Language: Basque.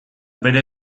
bere